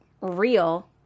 real